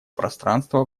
пространства